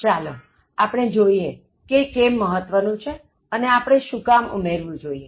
ચાલોઆપણે જોઇએ કે એ કેમ મહત્ત્વનું છેઅને આપણે શું કામ ઉમેરવું જોઇએ